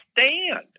stand